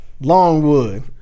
Longwood